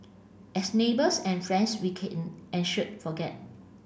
as neighbours and friends we can and should forget